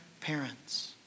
parents